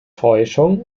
täuschung